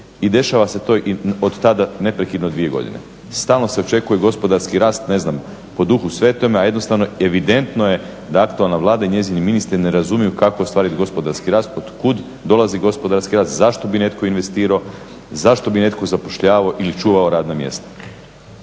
I dešava se to i otada neprekidno dvije godine. Stalno se očekuje gospodarski rast, ne znam po duhu svetome, a jednostavno evidentno je da aktualna Vlada i njezini ministri ne razumiju kako ostvariti gospodarski rast, otkud dolazi gospodarski rast, zašto bi netko investirao, zašto bi netko zapošljavao ili čuvao radna mjesta.